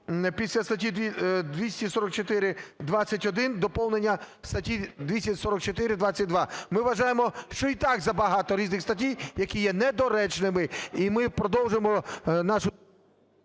після стаття 244-21 доповнення статті 244-22. Ми вважаємо, що і так забагато різних статей, які є недоречними. І ми продовжуємо нашу…